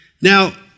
Now